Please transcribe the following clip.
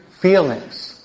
feelings